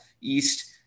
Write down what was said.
East